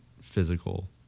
physical